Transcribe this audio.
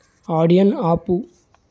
ఆడియను ఆపు